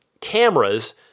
cameras